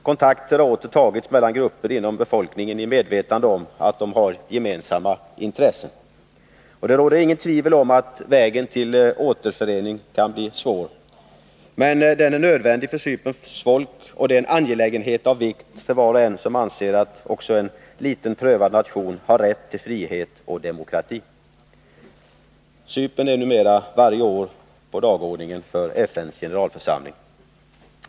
Kontakter har åter tagits mellan grupper inom befolkningen i medvetande om att de har gemensamma intressen. Det råder inget tvivel om att vägen till återförening kan bli svår. Men en återförening är nödvändig för Cyperns folk, och den är en angelägenhet av vikt för var och en som anser att även en liten, prövad nation har rätt till frihet och demokrati. Cypernfrågan står numera varje år på dagordningen för FN:s generalförsamling.